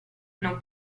non